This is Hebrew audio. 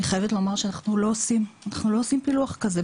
אני חייבת לומר שאנחנו לא עושים פילוח כזה.